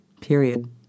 period